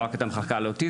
לא רק את המחלקה לאוטיזם.